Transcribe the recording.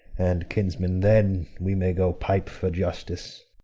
and, kinsmen, then we may go pipe for justice.